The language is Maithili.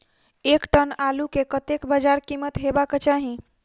एक टन आलु केँ कतेक बजार कीमत हेबाक चाहि?